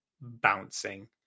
bouncing